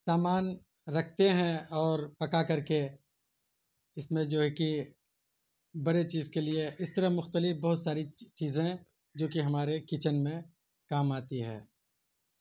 سامان رکھتے ہیں اور پکا کر کے اس میں جو ہے کہ بڑے چیز کے لیے اس طرح مختلف بہت ساری چیزیں جو کہ ہمارے کچن میں کام آتی ہے